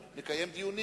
שהיית יושב-ראש קרן